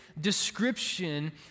description